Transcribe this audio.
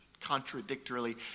contradictorily